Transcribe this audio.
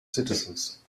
citizens